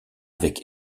avec